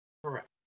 Correct